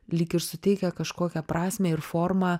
lyg ir suteikia kažkokią prasmę ir formą